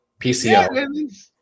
PCO